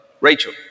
Rachel